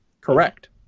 Correct